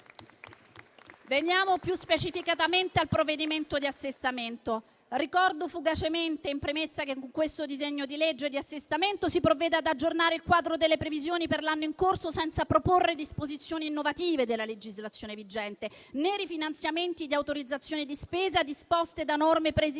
Veniamo più specificatamente al provvedimento di assestamento: ricordo fugacemente in premessa che con questo disegno di legge di assestamento si provvede ad aggiornare il quadro delle previsioni per l'anno in corso senza proporre disposizioni innovative della legislazione vigente né rifinanziamenti di autorizzazioni di spesa disposte da norme preesistenti